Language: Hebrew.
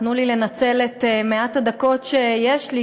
תנו לי לנצל את מעט הדקות שיש לי,